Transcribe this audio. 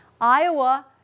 Iowa